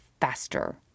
faster